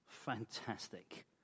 Fantastic